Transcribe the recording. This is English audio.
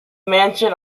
mansion